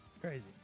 Crazy